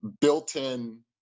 built-in